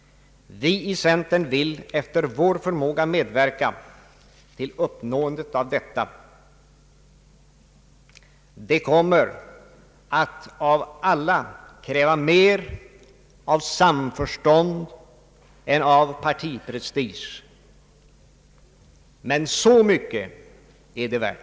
Vi i centern vill efter vår förmåga medverka till uppnåendet av detta. Det kommer att av alla grupper kräva mer samförstånd än partiprestige, men så mycket är det värt.